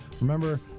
Remember